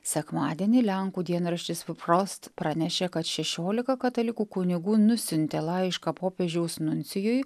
sekmadienį lenkų dienraštis fufrost pranešė kad šešiolika katalikų kunigų nusiuntė laišką popiežiaus nuncijui